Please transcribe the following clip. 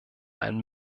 ein